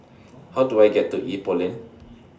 How Do I get to Ipoh Lane